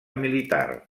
militar